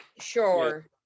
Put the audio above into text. Sure